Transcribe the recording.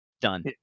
done